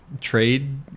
trade